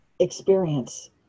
experience